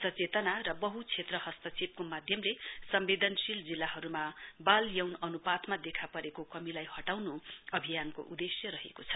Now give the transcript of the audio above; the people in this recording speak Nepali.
सचेता र बह क्षेत्र हस्तक्षेपके माध्यमले सम्वेदनशील जिल्लाहरु बाल यौन अनुपात देखा परेको कमीलाई हटाउनु अभियानको उदेश्य रहेको छ